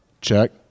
check